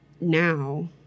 now